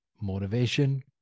motivation